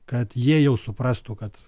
kad jie jau suprastų kad